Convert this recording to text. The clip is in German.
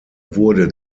wurde